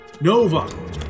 Nova